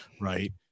right